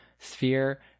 sphere